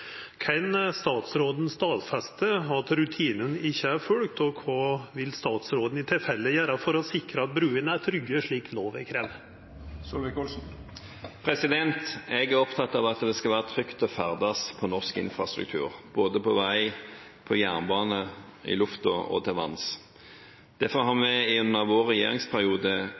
Kan statsråden stadfesta at rutinane ikkje er følgde, og kva vil statsråden i tilfelle gjera for å sikra at bruene er trygge, slik lova krev?» Jeg er opptatt av at det skal være trygt å ferdes på norsk infrastruktur, både på vei, på jernbane, i lufta og til vanns. Derfor har vi i vår regjeringsperiode